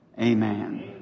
amen